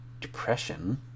depression